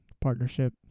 partnership